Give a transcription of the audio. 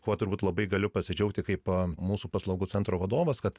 kuo turbūt labai galiu pasidžiaugti kaip mūsų paslaugų centro vadovas kad